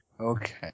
Okay